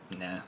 Nah